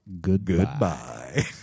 goodbye